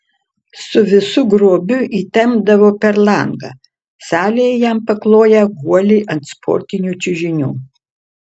su visu grobiu įtempdavo per langą salėje jam pakloję guolį ant sportinių čiužinių